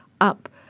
up